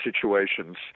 situations